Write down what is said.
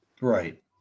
Right